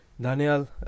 Daniel